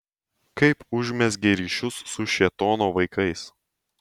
kaip užmezgei ryšius su šėtono vaikais